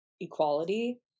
equality